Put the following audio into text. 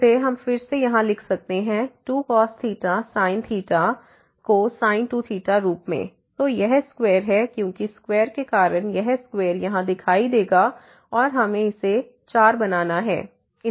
जिसे हम फिर से यहाँ लिख सकते हैं 2cos sin को sin 2θ रूप में तो यह स्क्वेयर है क्योंकि स्क्वेयर के कारण यह स्क्वेयर यहाँ दिखाई देगा और हमें इसे 4 बनाना है